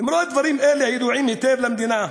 למרות דברים אלה, הידועים היטב למדינה,